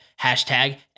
hashtag